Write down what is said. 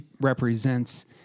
represents